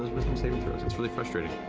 wisdom saving throws. it's really frustrating.